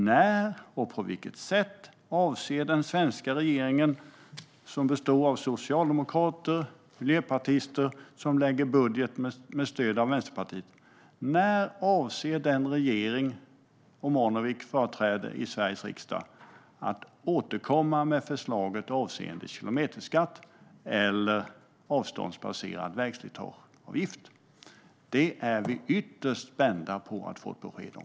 När och på vilket sätt avser den svenska regeringen, som Jasenko Omanovic företräder i Sveriges riksdag och som består av socialdemokrater och miljöpartister och som lägger fram budgetar med stöd av Vänsterpartiet, att återkomma med förslaget avseende en kilometerskatt eller en avståndsbaserad vägslitageavgift? Det är vi ytterst spända på att få ett besked om.